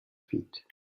feet